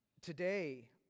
today